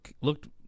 looked